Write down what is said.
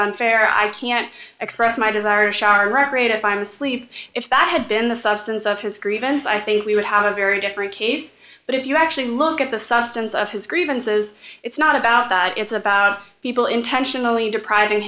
unfair i can't express my desire sharon recreate if i am asleep if that had been the substance of his grievance i think we would have a very different case but if you actually look at the substance of his grievances it's not about that it's about people intentionally depriving